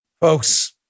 Folks